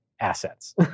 assets